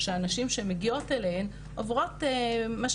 שהנשים שמגיעות אליהן עוברות מה שנקרא,